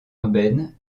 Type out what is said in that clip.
urbaine